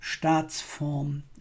Staatsform